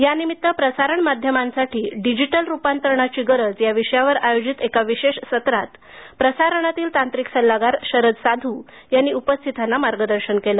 या निमित्त प्रसारण माध्यमांसाठी डिजिटल रुपांतरणाची गरज या विषयावर आयोजित एका विशेष सत्रात प्रसारणातील तांत्रिक सल्लागार शरद साधू यांनी उपस्थितांना मार्गदर्शन केलं